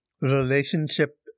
relationship